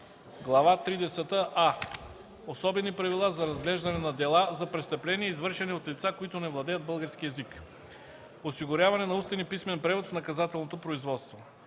„а” Особени правила за разглеждане на дела за престъпления, извършени от лица, които не владеят български език Осигуряване на устен и писмен превод в наказателното производство